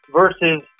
versus